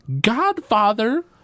Godfather